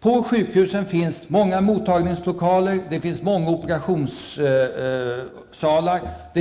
På sjukhusen finns många mottagningslokaler, många operationssalar och